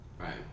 Right